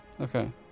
Okay